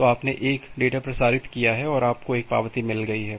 तो आपने एक डेटा प्रसारित किया है और आपको एक पावती मिल गई है